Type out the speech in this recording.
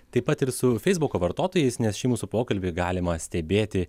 taip pat ir su feisbuko vartotojais nes šį mūsų pokalbį galima stebėti